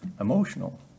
emotional